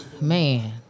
Man